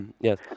yes